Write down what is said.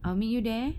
I'll meet you there